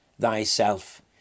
thyself